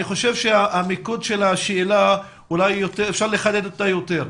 אני חושב שזה המיקוד של השאלה ואפשר לחדד אותה יותר,